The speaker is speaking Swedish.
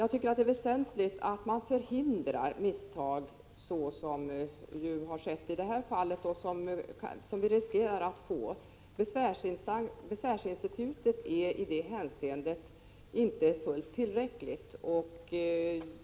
Jag tycker att det är väsentligt att man förhindrar sådana misstag som nu har skett i Sigtunafallet och som vi riskerar på andra håll. Bevärsinstitutet är i detta hänseende inte tillräckligt.